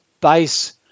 base